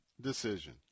decision